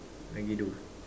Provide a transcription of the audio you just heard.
lagi dua